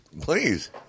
please